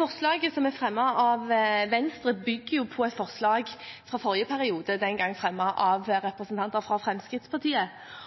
Forslaget som er fremmet av Venstre, bygger på et forslag fra forrige periode, den gang fremmet av representanter fra Fremskrittspartiet,